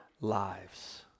lives